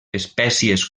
espècies